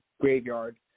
graveyard